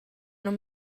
non